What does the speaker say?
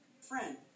Friend